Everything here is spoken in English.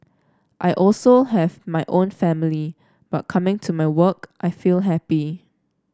I also have my own family but coming to my work I feel happy